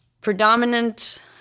predominant